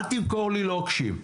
אל תמכור לי לוקשים.